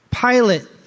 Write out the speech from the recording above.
Pilate